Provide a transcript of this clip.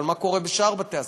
אבל מה קורה בשאר בתי-הספר?